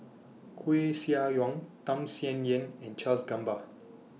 Koeh Sia Yong Tham Sien Yen and Charles Gamba